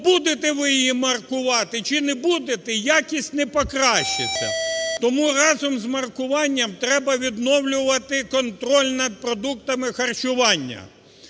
будете ви її маркувати чи не будете, якість не покращиться. Тому разом з маркуванням треба відновлювати контроль над продуктами харчування.